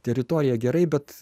teritorija gerai bet